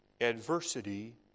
Adversity